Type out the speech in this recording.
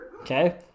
Okay